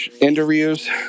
interviews